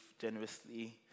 generously